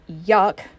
yuck